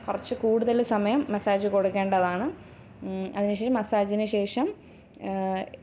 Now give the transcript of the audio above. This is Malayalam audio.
കുറച്ച് കൂടുതൽ സമയം മസാജ് കൊടുക്കേണ്ടതാണ് അതിനുശേഷം മസാജിനുശേഷം